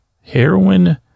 heroin